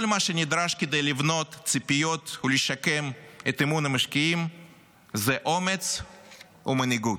כל מה שנדרש כדי לבנות ציפיות ולשקם את אמון המשקיעים זה אומץ ומנהיגות.